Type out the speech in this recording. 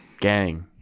Gang